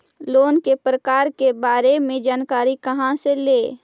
Loan के प्रकार के बारे मे जानकारी कहा से ले?